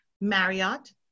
Marriott